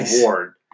award